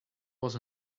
was